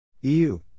EU